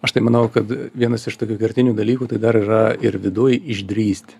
aš tai manau kad vienas iš tokių kertinių dalykų tai dar yra ir viduj išdrįsti